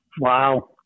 Wow